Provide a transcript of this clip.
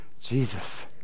Jesus